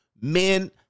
Men